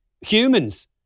humans